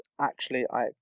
actually—I